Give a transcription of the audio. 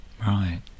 Right